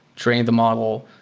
train the model,